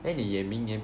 then 你也明年